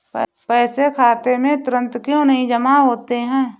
पैसे खाते में तुरंत क्यो नहीं जमा होते हैं?